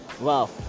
Wow